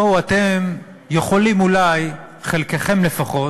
בואו, אתם יכולים אולי, חלקכם לפחות,